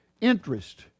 interest